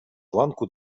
планку